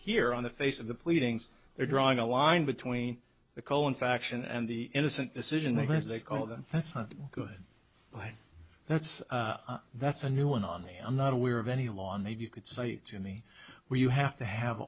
here on the face of the pleadings they're drawing a line between the cohen faction and the innocent decision even if they call them that's not good that's that's a new one on the i'm not aware of any law maybe you could say to me where you have to have